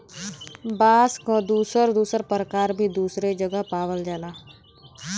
बांस क दुसर दुसर परकार भी दुसरे जगह पावल जाला